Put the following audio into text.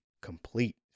complete